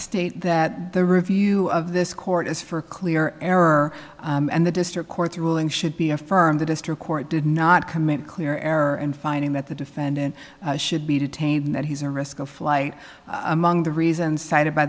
state that the review of this court is for clear error and the district court ruling should be affirmed the district court did not commit clear error in finding that the defendant should be detained that he's a risk of flight among the reasons cited by